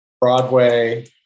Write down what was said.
Broadway